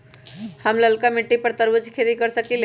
हम लालका मिट्टी पर तरबूज के खेती कर सकीले?